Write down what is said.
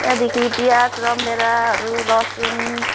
त्यहाँदेखि प्याज रामभेँडाहरू लसुन